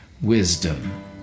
wisdom